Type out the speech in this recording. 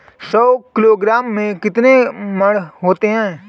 सौ किलोग्राम में कितने मण होते हैं?